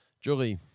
Julie